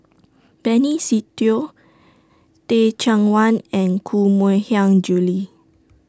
Benny Se Teo Teh Cheang Wan and Koh Mui Hiang Julie